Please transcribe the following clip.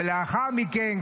ולאחר מכן,